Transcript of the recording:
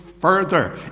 further